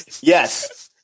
Yes